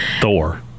Thor